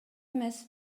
эмес